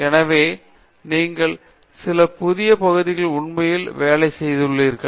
எனவே நீங்கள் சில புதிய பகுதிகளில் உண்மையில் வேலை பெற்றுளீர்கள்